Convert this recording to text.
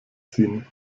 ziehen